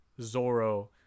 Zoro